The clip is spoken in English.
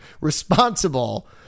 responsible